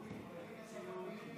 גברתי השרה,